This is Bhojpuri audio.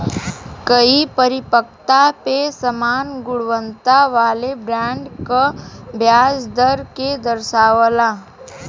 कई परिपक्वता पे समान गुणवत्ता वाले बॉन्ड क ब्याज दर के दर्शावला